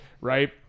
Right